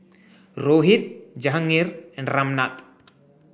Rohit Jehangirr and Ramnath